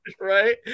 Right